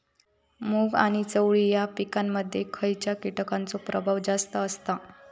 मूग आणि चवळी या पिकांमध्ये खैयच्या कीटकांचो प्रभाव जास्त असता?